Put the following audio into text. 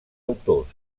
autors